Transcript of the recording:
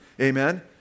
amen